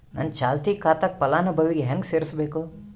ನನ್ನ ಚಾಲತಿ ಖಾತಾಕ ಫಲಾನುಭವಿಗ ಹೆಂಗ್ ಸೇರಸಬೇಕು?